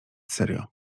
serio